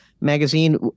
magazine